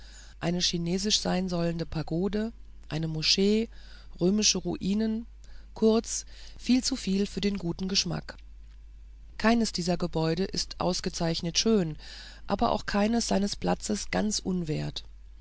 eine chinesisch seinsollende pagode eine moschee römische ruinen kurz viel zu viel für den guten geschmack keines dieser gebäude ist ausgezeichnet schön aber auch keines seines platzes ganz unwert